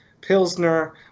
Pilsner